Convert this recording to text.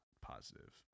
positive